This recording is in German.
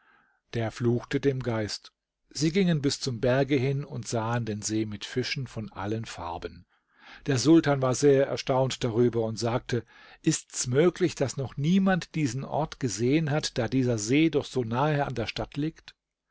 der fluchte dem geist sie gingen bis zum berge hin und sahen den see mit fischen von allen farben der sultan war sehr erstaunt darüber und sagte ist's möglich daß noch niemand diesen ort gesehen hat da dieser see doch so nahe an der stadt liegt